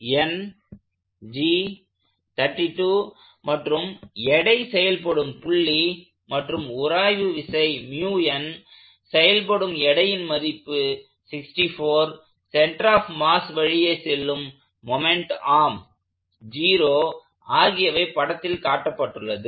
N G 32 மற்றும் எடை செயல்படும் புள்ளி மற்றும் உராய்வு விசை செயல்படும் எடையின் மதிப்பு 64 சென்டர் ஆப் மாஸ் வழியே செல்லும் மொமெண்ட் ஆர்ம் 0 ஆகியவை படத்தில் காட்டப்பட்டுள்ளது